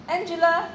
Angela